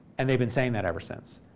and they've been saying that ever since.